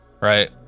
Right